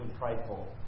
prideful